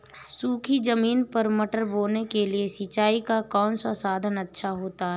सूखी ज़मीन पर मटर बोने के लिए सिंचाई का कौन सा साधन अच्छा होता है?